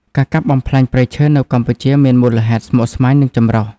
ការកាប់បំផ្លាញព្រៃឈើនៅកម្ពុជាមានមូលហេតុស្មុគស្មាញ និងចម្រុះ។